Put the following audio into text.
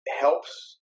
helps